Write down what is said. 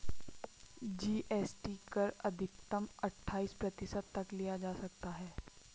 GST कर अधिकतम अठाइस प्रतिशत तक लिया जा सकता है